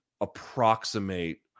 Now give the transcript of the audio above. approximate